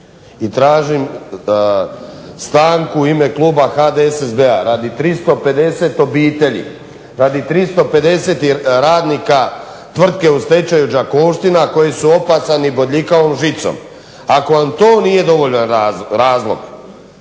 tražim stanku u ime kluba HDSSB-a radi 350 obitelji, radi 350 radnika tvrtke u stečaju "Đakovština" koji su opasani bodljikavom žicom. Ako vam to nije dovoljan razlog.